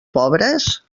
pobres